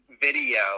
video